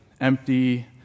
empty